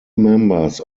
members